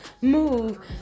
move